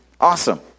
awesome